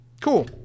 cool